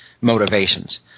motivations